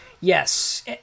Yes